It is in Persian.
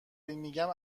میگیم